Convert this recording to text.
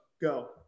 go